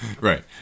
Right